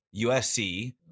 USC